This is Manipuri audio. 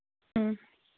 ꯎꯝ